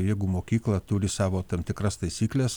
jeigu mokykla turi savo tam tikras taisykles